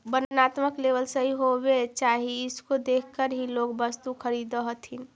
वर्णात्मक लेबल सही होवे चाहि इसको देखकर ही लोग वस्तु खरीदअ हथीन